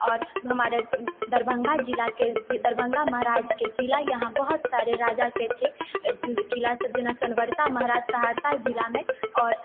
आओर हमार दरभंगा जिलाके दरभंगा महाराजके किला यहाँ बहुत सारे राजाके छै किलासभ जेना सोनवर्षा महाराज सहरसा जिलामे आओर